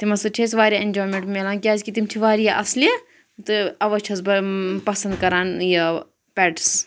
تِمَن سۭتۍ چھِ اسہِ واریاہ ایٚنجوایمیٚنٛٹ میلان کیٛازِکہِ تِم چھِ واریاہ اصلہِ تہٕ اَوَے چھَس بہٕ پَسَنٛد کَران یہِ ٲں پیٚٹٕس